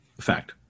Fact